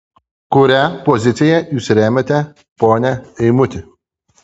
kurią poziciją jūs remiate pone eimuti